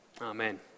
amen